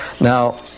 Now